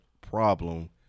problem